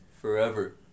Forever